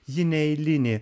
ji neeilinė